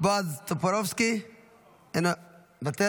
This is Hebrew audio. בועז טופורובסקי מוותר,